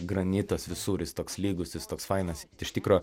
granitas visur jis toks lygus jis toks fainas iš tikro